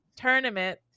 tournament